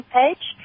page